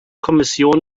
kommission